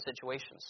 situations